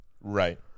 Right